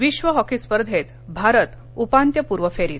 विश्व हॉकी स्पर्धेत भारत उपांत्यपूर्व फेरीत